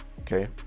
Okay